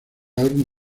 álbum